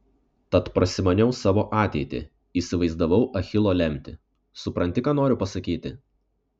tad prasimaniau savo ateitį įsivaizdavau achilo lemtį supranti ką noriu pasakyti